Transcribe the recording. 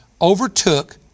overtook